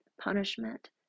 punishment